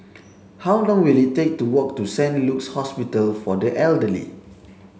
how long will it take to walk to Saint Luke's Hospital for the Elderly